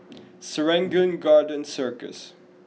Serangoon Garden Circus